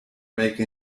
make